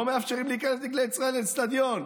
לא מאפשרים להיכנס עם דגלי ישראל לאצטדיון.